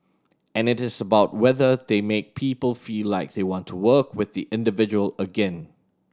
and it is about whether they make people feel like they want to work with the individual again